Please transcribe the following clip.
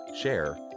share